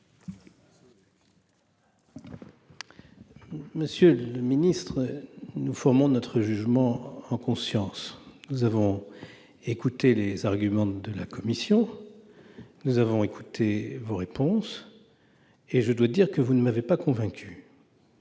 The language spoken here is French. Monsieur le ministre, nous formons notre jugement en conscience. Nous avons écouté les arguments de la commission. Nous avons écouté vos réponses et je dois dire que vous ne m'avez pas convaincu.